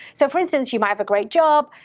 so, for instance, you might have a great job.